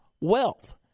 wealth